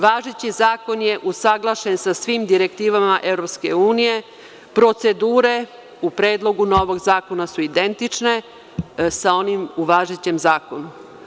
Važeći zakon je usaglašen sa svim direktivama EU, procedure u predlogu novog zakona su identične sa onim u važećem zakonu.